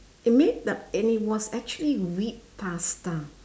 it may d~ and it was actually wheat pasta